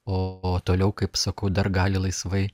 o toliau kaip sakau dar gali laisvai